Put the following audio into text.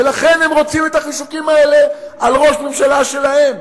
ולכן הם רוצים את החישוקים האלה על ראש ממשלה שלהם.